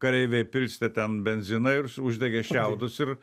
kareiviai pilstė ten benziną ir uždegė šiaudus ir